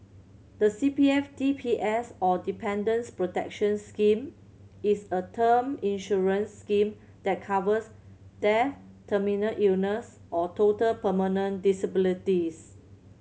the C P F D P S or Dependants' Protection Scheme is a term insurance scheme that covers death terminal illness or total permanent disabilities